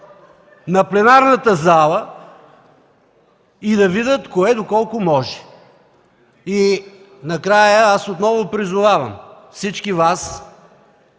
на пленарната зала и да видят кое до колко може. Накрая аз отново призовавам всички Вас,